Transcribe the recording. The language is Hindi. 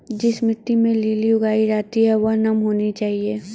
जिस मिट्टी में लिली उगाई जाती है वह नम होनी चाहिए